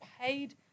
paid